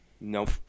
Nope